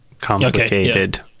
Complicated